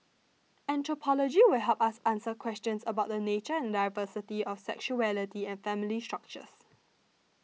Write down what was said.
anthropology will help us answer questions about the nature and diversity of sexuality and family structures